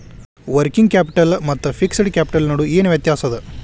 Working capital ಮತ್ತ fixed capital ನಡು ಏನ್ ವ್ಯತ್ತ್ಯಾಸದ?